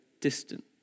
distant